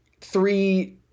three